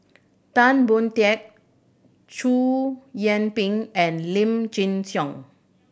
Tan Boon Teik Chow Yian Ping and Lim Chin Siong